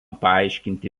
paaiškinti